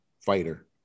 fighter